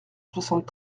soixante